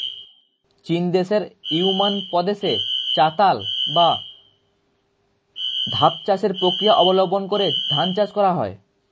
চীনদেশের ইউনান প্রদেশে চাতাল বা ধাপ চাষের প্রক্রিয়া অবলম্বন করে ধান চাষ করা হয়